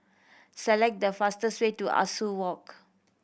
select the fastest way to Ah Soo Walk